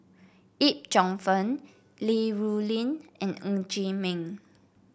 Yip Cheong Fun Li Rulin and Ng Chee Meng